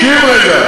תקשיב רגע.